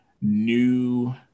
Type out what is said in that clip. new